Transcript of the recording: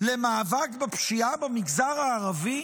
למאבק בפשיעה במגזר הערבי,